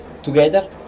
Together